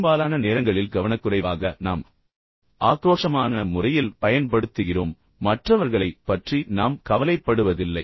பெரும்பாலான நேரங்களில் கவனக்குறைவாக நாம் மிகவும் ஆக்ரோஷமான முறையில் பயன்படுத்துகிறோம் மற்றவர்களைப் பற்றி நாம் கவலைப்படுவதில்லை